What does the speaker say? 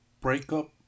breakup